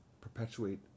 perpetuate